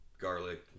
garlic